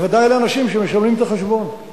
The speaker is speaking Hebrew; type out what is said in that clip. בוודאי לאנשים שמשלמים את החשבון.